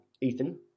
Ethan